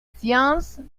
sciences